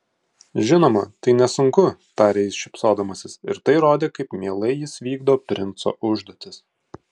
žinoma tai nesunku tarė jis šypsodamasis ir tai rodė kaip mielai jis vykdo princo užduotis